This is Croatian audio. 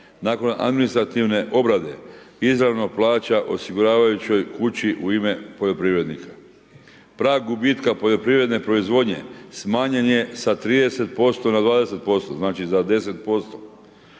Nakon administrativne obrade izravno plaća osiguravajućoj kući u ime poljoprivrednika. Prag gubitka poljoprivredne proizvodnje smanjen je sa 30% na 20%, znači za 10%.